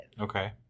Okay